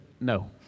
no